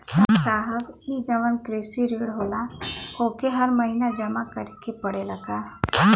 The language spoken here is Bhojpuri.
साहब ई जवन कृषि ऋण होला ओके हर महिना जमा करे के पणेला का?